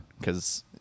Because-